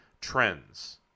trends